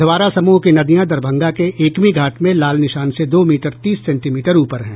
अधवारा समूह की नदियां दरभंगा के एकमीघाट में लाल निशान से दो मीटर तीस सेंटीमीटर ऊपर है